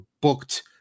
booked